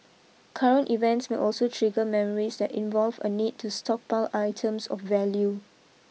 current events may also trigger memories that involve a need to stockpile items of value